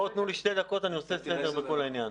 תנו לי שתי דקות, ואני עושה סדר בכל העניין.